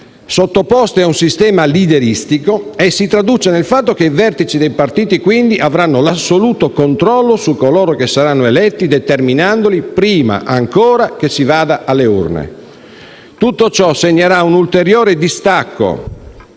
sottoposte a un sistema afflitto da leaderismo, si traduce nel fatto che i vertici dei partiti avranno l'assoluto controllo su coloro che saranno eletti, determinandoli prima ancora che si vada alle urne. Tutto ciò segnerà un ulteriore distacco